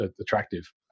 attractive